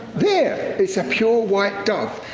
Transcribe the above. there! it's a pure white dove.